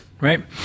right